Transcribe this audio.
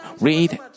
read